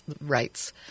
rights